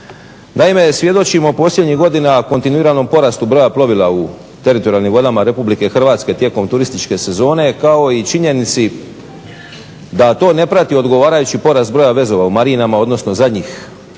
Naime, svjedočimo posljednjih godina kontinuiranom porastu broja plovila u teritorijalnim vodama Republike Hrvatske tijekom turističke sezone, kao i činjenici da to ne prati odgovarajući porast broja vezova u marinama, odnosno zadnjih